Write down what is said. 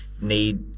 need